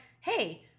hey